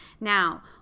Now